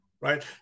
right